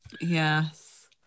Yes